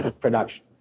production